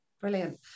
Brilliant